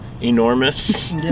enormous